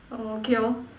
oh okay lor